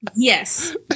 Yes